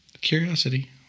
Curiosity